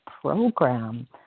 program